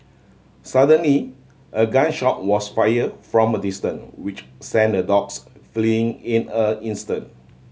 suddenly a gun shot was fire from a distance which sent the dogs fleeing in a instant